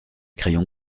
crayons